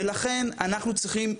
ולכן אנחנו צריכים,